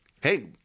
hey